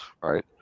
right